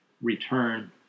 return